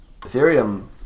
Ethereum